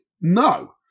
no